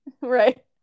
Right